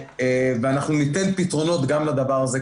אנחנו ניתן פתרונות גם לדבר הזה,